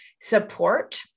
support